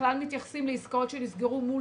בכלל מתייחסות לעסקאות שנסגרו מול